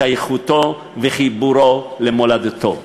שייכותו וחיבורו למולדתו.